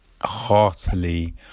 heartily